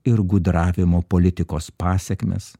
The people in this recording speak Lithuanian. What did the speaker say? ir gudravimo politikos pasekmes